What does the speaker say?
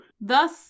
Thus